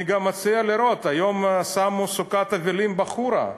אני גם מציע לראות, היום שמו סוכת אבלים בחורה.